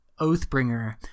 Oathbringer